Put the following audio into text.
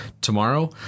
Tomorrow